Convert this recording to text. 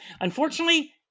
Unfortunately